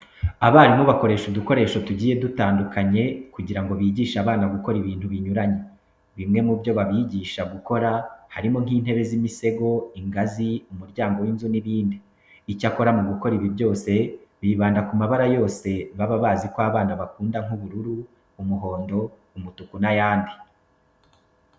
Abarimu bakoresha udukoresho tugiye dutandukanye kugira ngo bigishe abana gukora ibintu binyuranye. Bimwe mu byo babigisha gukora harimo nk'intebe z'imisego, ingazi, umuryango w'inzu n'ibindi. Icyakora mu gukora ibi byose, bibanda ku mabara yose baba bazi ko abana bakunda nk'ubururu, umuhondo, umutuku n'ayandi.